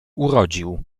urodził